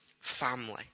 family